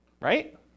right